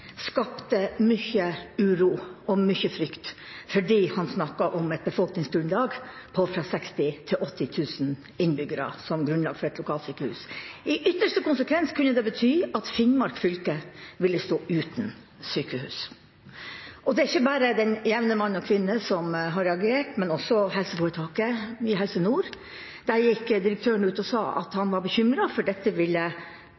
skapte mye uro og mye frykt, for han snakket om en befolkning på 60 000–80 000 innbyggere som grunnlag for et lokalsykehus. I ytterste konsekvens kunne det bety at Finnmark fylke ville stå uten sykehus. Det er ikke bare den jevne mann og kvinne som har reagert, men også Helse Nord. Der gikk direktøren ut og sa at han var bekymret, for dette